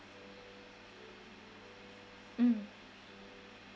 mm